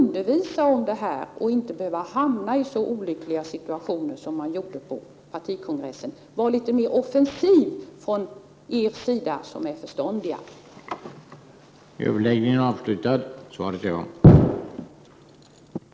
Med detta som bakgrund vill jag fråga utrikesministern om han avser att vidta någon åtgärd för att klargöra att den säkerhetspolitiska debatten skall vara fri och öppen, utan krav på självcensur och anpassning till vad som uppfattas som politiskt önskvärt från utrikesledningens sida.